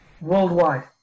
worldwide